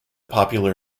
popular